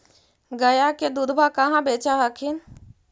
गया के दूधबा कहाँ बेच हखिन?